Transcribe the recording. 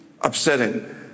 upsetting